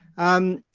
um,